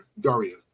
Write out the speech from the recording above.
Daria